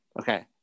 Okay